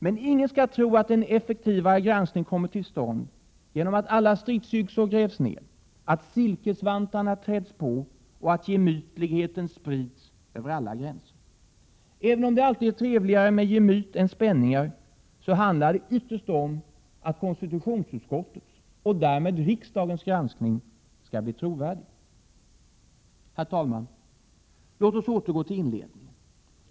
Men ingen skall tro att en effektivare granskning kommer till stånd genom att alla stridsyxor grävs ned, att silkesvantarna träds på och att gemytligheten sprids över alla gränser. Även om det alltid är trevligare med gemyt än spänningar, handlar det här ytterst om att KU:s och därmed riksdagens granskning skall bli trovärdig. Herr talman! Låt oss återgå till inledningen.